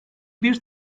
bir